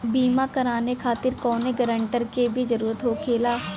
बीमा कराने खातिर कौनो ग्रानटर के भी जरूरत होखे ला?